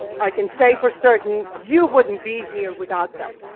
i can say for certain, you wouldn't be here without them.